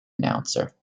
announcer